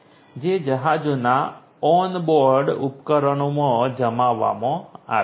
જે જહાજોના ઓનબોર્ડ ઉપકરણોમાં જમાવવામાં આવે છે